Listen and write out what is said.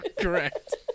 Correct